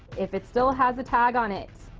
if it still has a tag on it,